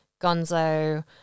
gonzo